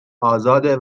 آزاده